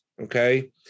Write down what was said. okay